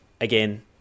Again